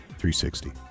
360